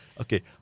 Okay